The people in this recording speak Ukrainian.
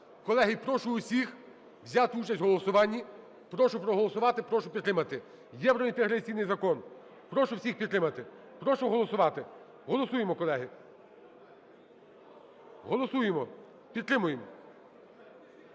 Колеги, прошу усіх взяти участь у голосуванні. Прошу проголосувати. Прошу підтримати. Євроінтеграційний закон. Прошу всіх підтримати. Прошу голосувати. Голосуємо, колеги. Голосуємо. Підтримуємо.